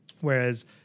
Whereas